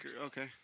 Okay